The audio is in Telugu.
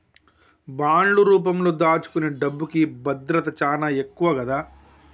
బాండ్లు రూపంలో దాచుకునే డబ్బుకి భద్రత చానా ఎక్కువ గదా